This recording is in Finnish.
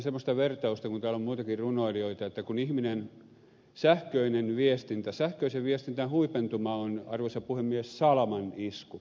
itse käyttäisin semmoista vertausta kun täällä on muitakin runoilijoita että sähköisen viestinnän huipentuma on arvoisa puhemies salaman isku